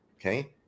Okay